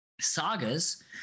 Sagas